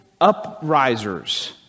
uprisers